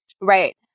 Right